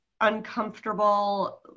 uncomfortable